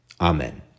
Amen